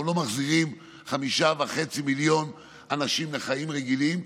אנחנו לא מחזירים חמישה וחצי מיליון אנשים לחיים רגילים.